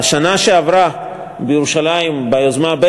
בשנה שעברה, בירושלים, ביוזמה,